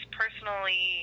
personally